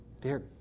Dear